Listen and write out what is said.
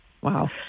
Wow